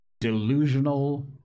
Delusional